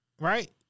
Right